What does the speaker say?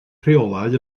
rheolau